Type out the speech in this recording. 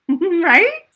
right